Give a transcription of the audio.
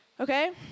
Okay